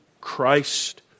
Christ